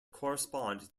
correspond